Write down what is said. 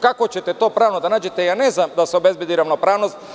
Kako ćete to pravno da nađete da se obezbedi ravnopravnost?